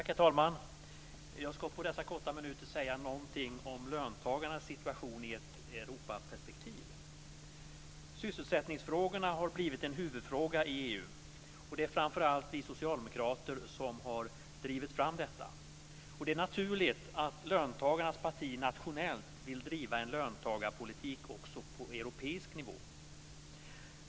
Herr talman! Jag ska på denna korta tid säga någonting om löntagarnas situation i ett Europaperspektiv. Sysselsättningsfrågorna har blivit en huvudfråga i EU. Och det är framför allt vi socialdemokrater som har drivit fram detta. Och det är naturligt att löntagarnas parti nationellt vill driva en löntagarpolitik också på europeisk nivå.